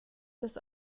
des